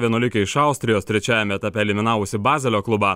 vienuolikė iš austrijos trečiajame etape eliminavusi bazelio klubą